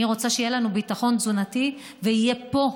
אני רוצה שיהיה לנו ביטחון תזונתי, שיהיה פה,